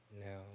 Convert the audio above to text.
now